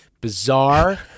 bizarre